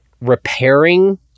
repairing